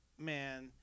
man